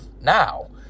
now